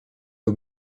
aux